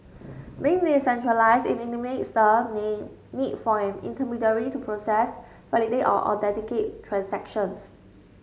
being decentralised it eliminates the need for an intermediary to process validate or authenticate transactions